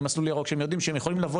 מסלול ירוק שהם יודעים שהם יכולים לבוא